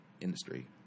industry